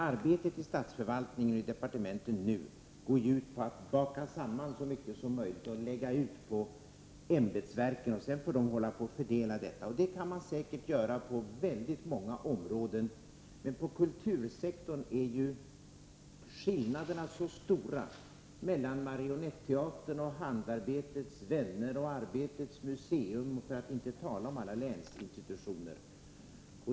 Arbetet nu i statsförvaltningen och i departementen går ju ut på att man skall baka samman så mycket som möjligt och lägga ut det på ämbetsverken. Sedan får dessa fördela detta. Detta kan man säkert göra på väldigt många områden, men inom kultursektorn är ju skillnaderna så stora mellan t.ex. Marionetteatern, Handarbetets vänner, Arbetets museum, för att inte tala om alla länsinstitutioner.